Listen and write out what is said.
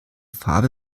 farbe